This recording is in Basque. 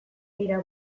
era